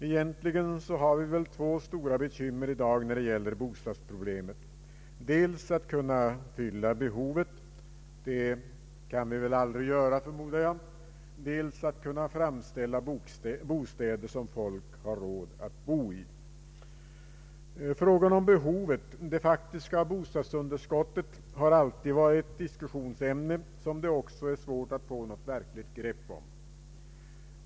Egentligen har vi väl två stora bekymmer i dag när det gäller bostadsproblemet, dels att kunna fylla behovet — det kan vi aldrig göra, förmodar jag — dels att kunna framställa bostäder som folk har råd att bo i. När det gäller frågan om behovet vill jag framhålla att det faktiska bostadsunderskottet alltid har varit ett diskussionsämne, som det också är svårt att få något verkligt grepp om.